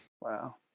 Wow